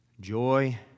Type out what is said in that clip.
joy